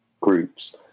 groups